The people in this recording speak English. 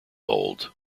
old